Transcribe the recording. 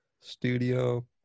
studio